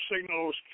signals